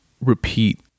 repeat